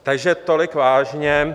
Takže tolik vážně.